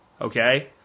okay